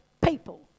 people